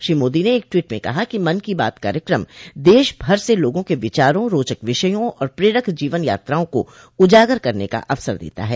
श्री मोदी ने एक टवीट में कहा कि मन की बात कार्यक्रम देशभर से लोगों के विचारों रोचक विषयों और प्रेरक जीवन यात्राओं को उजागर करन का अवसर देता है